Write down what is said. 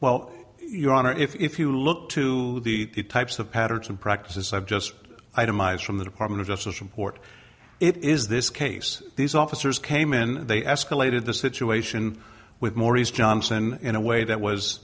well your honor if you look to the types of patterns and practices i've just itemized from the department of justice report it is this case these officers came in and they escalated the situation with maurice johnson in a way that was